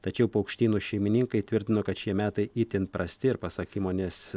tačiau paukštynų šeimininkai tvirtino kad šie metai itin prasti ir pasak įmonės